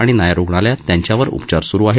आणि नायर रुग्णालयात त्यांच्यावर उपचार सुरू आहेत